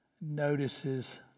notices